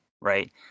right